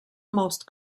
most